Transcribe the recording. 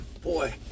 Boy